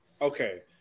Okay